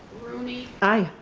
rooney. i.